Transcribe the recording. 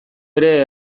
ere